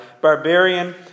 barbarian